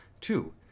Two